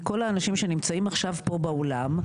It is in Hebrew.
מכל האנשים שנמצאים עכשיו פה באולם,